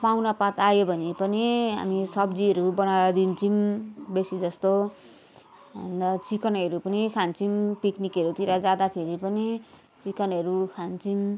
पाहुनापात आयो भने पनि हामी सब्जीहरू बनाएर दिन्छौँ बेसीजस्तो अन्त चिकनहरू पनि खान्छौँ पिक्निकहरूतिर जाँदाखेरि पनि चिकनहरू खान्छौँ